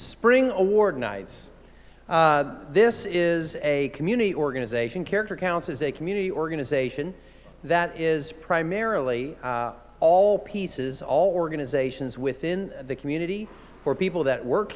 spring award nights this is a community organization character counts as a community organization that is primarily all pieces all organizations within the community or people that work